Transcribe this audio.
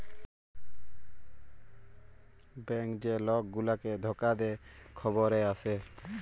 bank যে lock গুলাকে ধকা দে খবরে আসে